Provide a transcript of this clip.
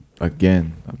again